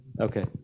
okay